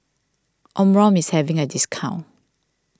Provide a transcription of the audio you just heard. Omron is having a discount